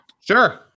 Sure